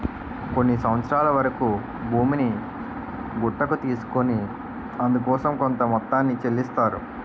కొన్ని సంవత్సరాల వరకు భూమిని గుత్తకు తీసుకొని అందుకోసం కొంత మొత్తాన్ని చెల్లిస్తారు